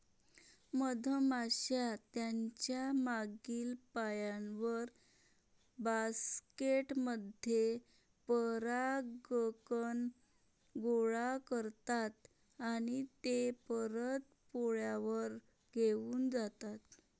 मधमाश्या त्यांच्या मागील पायांवर, बास्केट मध्ये परागकण गोळा करतात आणि ते परत पोळ्यावर घेऊन जातात